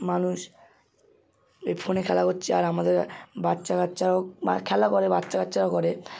মানুষ এই ফোনে খেলা হচ্ছে আর আমাদের বাচ্চা কাচ্চারাও খেলা করে বাচ্চা কাচ্চারাও করে